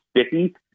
sticky